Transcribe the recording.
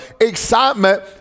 Excitement